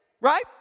Right